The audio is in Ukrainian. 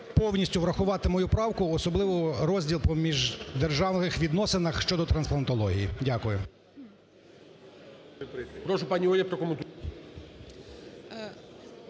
повністю врахувати мою правку, особливо розділ поміж державних відносинах щодотрансплантології. Дякую.